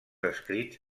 escrits